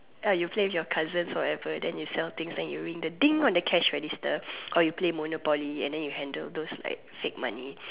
you play with your cousins or ever then you sell things then you ring the Ding on the cash register or you play Monopoly and then you handle those like fake money